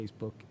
Facebook